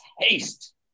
taste